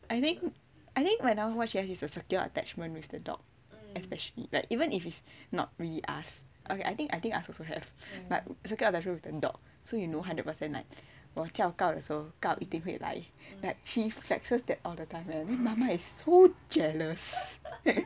I think I think like now what she has is a secure attachment with the dog especially like even if it's not really us okay I think I think us also have but secure attachment with the dog so you know hundred percent like 我叫 gao 的时候 gao 一定会来 like she flexes that all the time leh mama is so jealous